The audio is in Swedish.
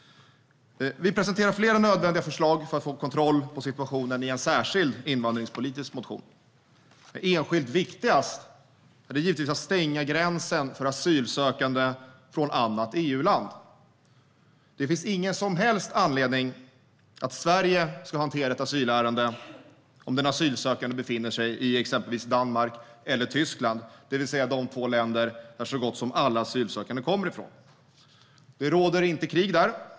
Vi presenterar i en särskild invandringspolitisk motion flera nödvändiga förslag för att få kontroll på situationen. Det enskilt viktigaste är givetvis att stänga gränsen för asylsökande från annat EU-land. Det finns ingen som helst anledning att Sverige ska hantera ett asylärende om den asylsökande befinner sig i exempelvis Danmark eller Tyskland, det vill säga de två länder som så gott som alla asylsökande kommer ifrån. Det råder inte krig där.